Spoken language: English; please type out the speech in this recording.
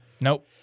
Nope